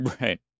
Right